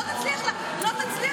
לא תצליח למנוע,